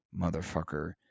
Motherfucker